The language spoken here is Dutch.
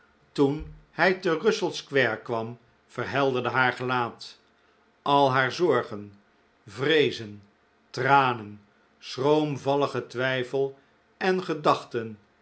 toen hij te russell square kwam verhelderde haar gelaat al haar zorgen vreezen tranen schroomvalligen twijfel en gedachten